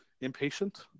impatient